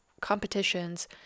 competitions